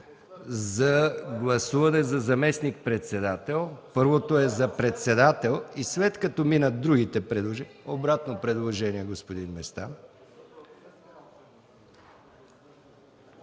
за гласуване за заместник-председател. Първото е за председател и след като минат другите предложения... Заповядайте за обратно предложение, господин Местан.